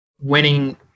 winning –